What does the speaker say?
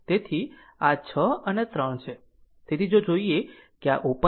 તેથી તેથી આ 6 અને 3 છે તેથી જો જોઈએ કે આ ઓપન છે